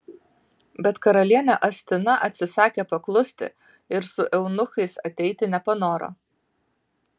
bet karalienė astina atsisakė paklusti ir su eunuchais ateiti nepanoro